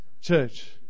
Church